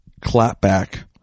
clapback